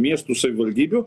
miestų savivaldybių